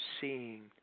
seeing